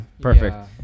Perfect